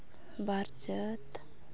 ᱵᱟᱨ ᱪᱟᱹᱛ